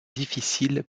difficiles